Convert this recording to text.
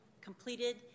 completed